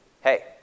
Hey